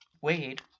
Wade